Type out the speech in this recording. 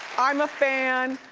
i'm a fan.